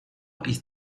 ist